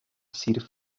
sir